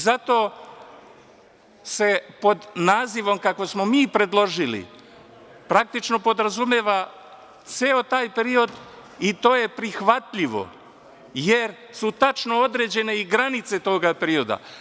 Zato se pod nazivom kakav smo mi predložili praktično podrazumeva ceo taj period i to je prihvatljivo, jer su tačno određene i granice tog perioda.